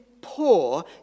poor